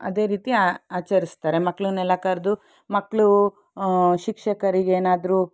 ಅದೇ ರೀತಿ ಆಚರಿಸ್ತಾರೆ ಮಕ್ಕಳನ್ನೆಲ್ಲ ಕರೆದು ಮಕ್ಕಳು ಶಿಕ್ಷಕರಿಗೆ ಏನಾದ್ರೂ